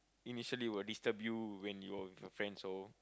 initially will disturb you when you were with your friend so